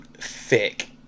thick